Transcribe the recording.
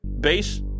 Bass